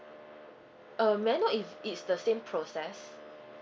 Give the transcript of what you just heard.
um may I know if it's the same process